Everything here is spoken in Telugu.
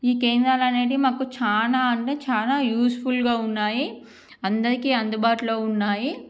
ఈ కేంద్రాలు అనేది మాకు చాలా అంటే చాలా యూస్ఫుల్గా ఉన్నాయి అందరికి అందుబాటులో ఉన్నాయి